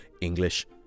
English